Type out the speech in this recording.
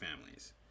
families